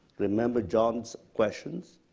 remember john's questions.